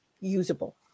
usable